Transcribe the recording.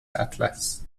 اطلس